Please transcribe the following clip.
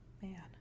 Man